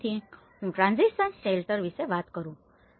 તેથી હું transition shelter વિશે વાત કરું છું